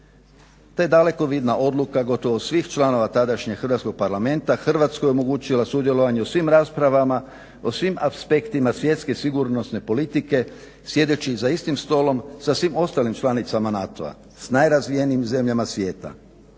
te dalekovidna odluka gotovo svih članova tadašnjeg hrvatskog Parlamenta Hrvatskoj omogućila sudjelovanje u svim raspravama, o svim aspektima svjetske sigurnosne politike, sjedeći za istim stolom, sa svim ostalim članicama NATO-a, s najrazvijenijim zemljama svijeta.